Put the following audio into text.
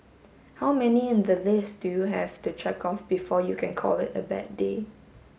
how many in the list do you have to check off before you can call it a bad day